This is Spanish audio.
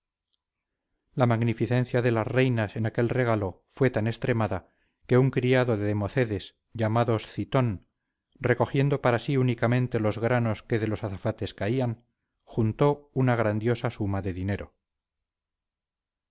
la magnificencia de las reinas en aquel regalo fue tan extremada que un criado de democedes llamado sciton recogiendo para sí únicamente los granos que de los azafates caían juntó una grandiosa suma de dinero